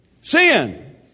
Sin